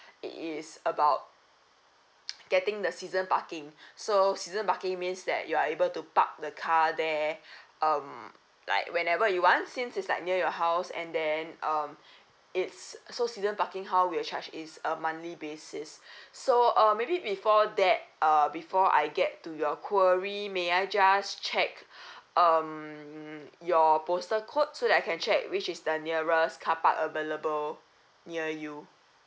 it is about getting the season parking so season parking means that you are able to park the car there um like whenever you want since it's like near your house and then um it's so season parking how we will charge is a monthly basis so uh maybe before that uh before I get to your query may I just check um your postal code so that I can check which is the nearest car park available near you